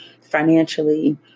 financially